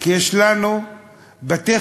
כי יש לנו בתי-חרושת